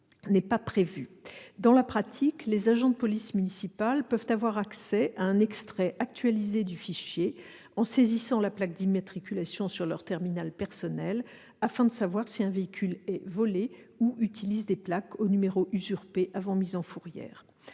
Dans la pratique, les agents de police municipale peuvent avoir accès à un extrait actualisé du fichier en saisissant la plaque d'immatriculation sur leur terminal personnel, afin de savoir si un véhicule est volé ou utilise des plaques aux numéros usurpés avant mise en fourrière.